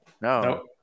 no